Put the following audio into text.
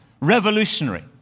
Revolutionary